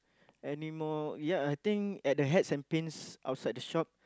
anymore ya I think at the hats and pins outside the shop